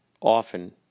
often